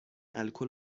الکل